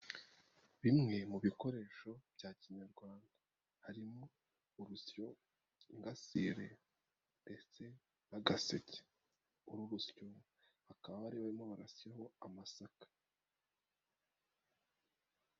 Bimwe mu bikoresho bya kinyarwanda harimo urusyo, ingasire, ndetse n'agaseke, urusyo bakaba bari barimo barasyaho amasaka.